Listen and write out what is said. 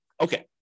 Okay